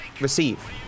receive